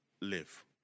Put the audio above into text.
live